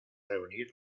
reunir